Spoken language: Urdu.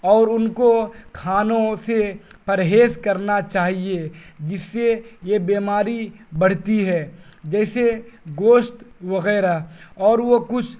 اور ان کو کھانوں سے پرہیز کرنا چاہیے جس سے یہ بیماری بڑھتی ہے جیسے گوشت وغیرہ اور وہ کچھ